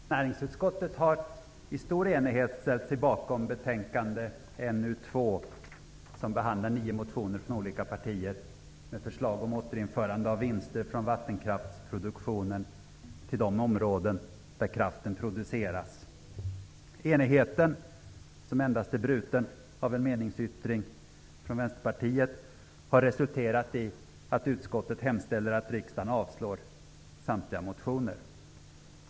Herr talman! Näringsutskottet har i stor enighet ställt sig bakom betänkande NU2 som behandlar nio motioner från olika partier med förslag om återföring av vinster från vattenkraftsproduktionen till de områden där kraften produceras. Enigheten, som endast är bruten av en meningsyttring från Vänsterpartiet, har resulterat i att utskottet hemställer att riksdagen avslår samtliga motioner.